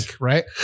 right